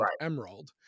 emerald